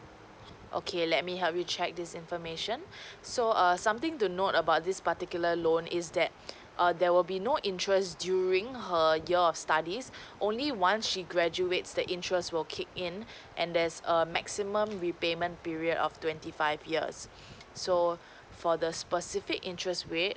okay let me help you check this information so err something to note about this particular loan is that err there will be no interest during her year of studies only once she graduates the interest will kick in and there's a maximum repayment period of twenty five years so for the specific interest rate